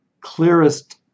clearest